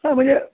हा म्हणजे